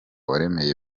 waremye